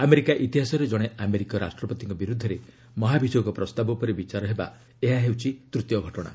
America ଇତିହାସରେ ଜଣେ ଆମେରିକୀୟ ରାଷ୍ଟ୍ରପତିଙ୍କ ବିରୁଦ୍ଧରେ ମହାଭିଯୋଗ ପ୍ରସ୍ତାବ ଉପରେ ବିଚାର ଏହା ହେଉଛି ତୂତୀୟ ଘଟଣା